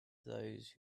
those